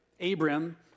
Abram